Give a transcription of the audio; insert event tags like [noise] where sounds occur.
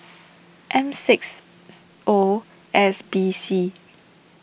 M six [noise] O S B C